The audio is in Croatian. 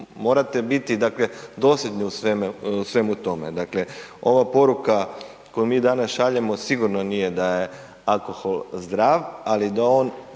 morate biti dosljedni u svemu tome. Dakle, ova poruka koju mi danas šaljemo sigurno nije da je alkohol zdrav, ali da on